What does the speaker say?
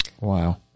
Wow